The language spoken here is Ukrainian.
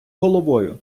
головою